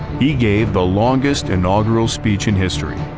he gave the longest inaugural speech in history,